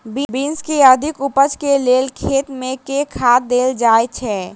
Beans केँ अधिक उपज केँ लेल खेत मे केँ खाद देल जाए छैय?